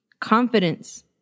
confidence